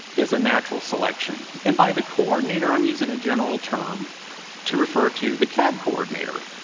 is a natural selection, and by the coordinator, i'm using a general term to refer to the cad coordinator.